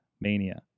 Mania